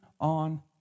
on